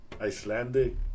Icelandic